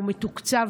הוא מתוקצב,